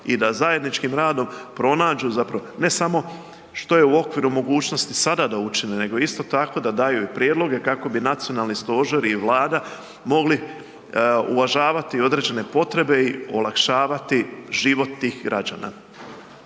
i da zajedničkim radom pronađu, ne samo što je u okviru i mogućnosti sada da učine, nego isto tako da daju i prijedloge kako bi nacionalni stožer i Vlada mogli uvažavati određene potrebe i olakšavati život tih građana.